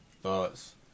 thoughts